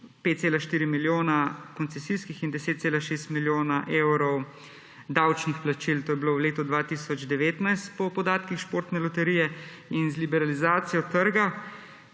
5,4 milijona koncesijskih in 10,6 milijona evrov davčnih vplačil, to je bilo v letu 2019 po podatkih Športne loterije. Z liberalizacijo trga,